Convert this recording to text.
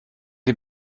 die